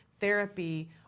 therapy